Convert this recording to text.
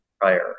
prior